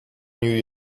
new